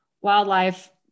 wildlife